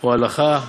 או הלכה?